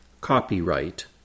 copyright